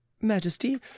Majesty